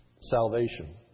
salvation